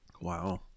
Wow